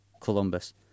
Columbus